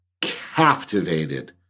captivated